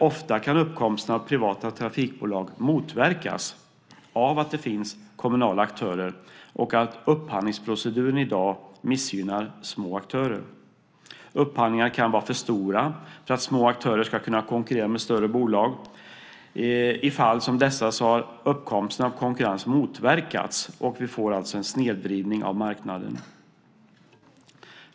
Ofta kan uppkomsten av privata trafikbolag motverkas av att det finns kommunala aktörer och att upphandlingsproceduren i dag missgynnar små aktörer. Upphandlingar kan vara för stora för att små aktörer ska kunna konkurrera med större bolag. I fall som dessa har uppkomsten av konkurrens motverkats, och vi får alltså en snedvridning av marknaden.